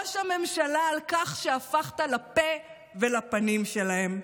לראש הממשלה על כך שהפכת לפה ולפנים שלהם.